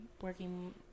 working